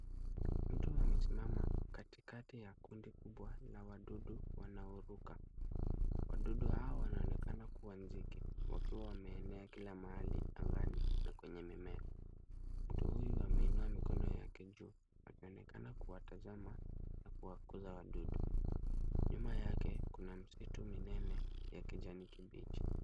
Mtu amesimama katikati ya kundi kubwa la wadudu wanaoruka, wadudu hao wanaonekana kuwa nzige, wakiwa wameenea kila mahali, angani na kwenye mimea. Mtu huyu ameinua mikono yake juu akionekana kuwatazama na kuwafukuza wadudu, nyuma yake kuna msitu minene ya kijani kibichi.